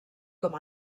com